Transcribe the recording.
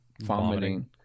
Vomiting